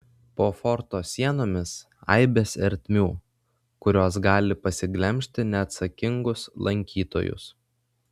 po forto sienomis aibės ertmių kurios gali pasiglemžti neatsakingus lankytojus